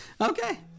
Okay